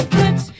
put